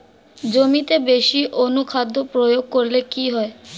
জমিতে বেশি অনুখাদ্য প্রয়োগ করলে কি হয়?